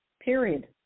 Period